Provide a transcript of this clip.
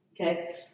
okay